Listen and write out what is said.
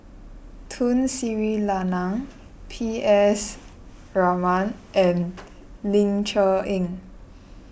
Tun Sri Lanang P S Raman and Ling Cher Eng